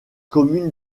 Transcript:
commune